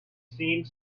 seemed